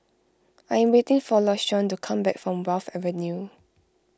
I am waiting for Lashawn to come back from Wharf Avenue